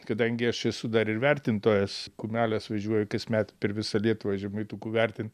kadangi aš esu dar ir vertintojas kumelės važiuoja kasmet per visą lietuvą žemaitukų vertint